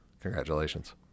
congratulations